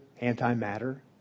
anti-matter